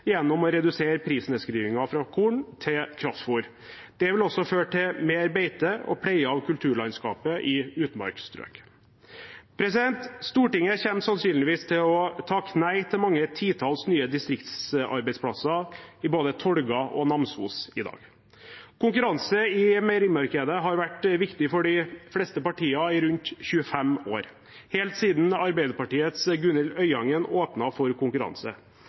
gjennom å redusere prisnedskrivningen fra korn til kraftfôr. Det vil også føre til mer beite og pleie av kulturlandskapet i utmarksstrøk. Stortinget kommer sannsynligvis til å takke nei til titalls nye distriktsarbeidsplasser i både Tolga og Namsos i dag. Konkurranse i meierimarkedet har vært viktig for de fleste partier i rundt 25 år, helt siden Arbeiderpartiets Gunhild Øyangen åpnet for konkurranse.